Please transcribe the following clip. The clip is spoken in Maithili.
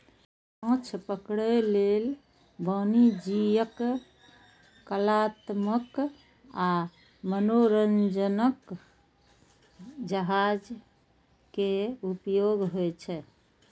माछ पकड़ै लेल वाणिज्यिक, कलात्मक आ मनोरंजक जहाज के उपयोग होइ छै